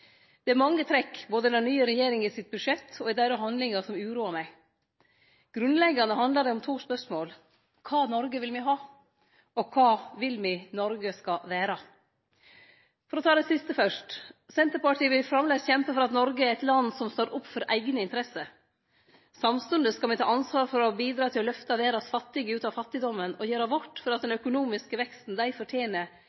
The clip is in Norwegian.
Det er mange trekk, både i den nye regjeringas budsjett og i deira handlingar, som uroar meg. Grunnleggjande handlar det om to spørsmål: Kva Noreg vil me ha? Kva vil me Noreg skal vere? For å ta det siste først: Senterpartiet vil framleis kjempe for at Noreg er eit land som står opp for eigne interesser. Samstundes skal me ta ansvar for å bidra til å lyfte verdas fattige ut av fattigdomen og gjere vårt for at den